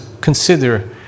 consider